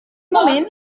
moment